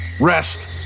Rest